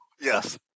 Yes